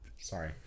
Sorry